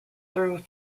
through